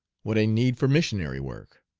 what a need for missionary work!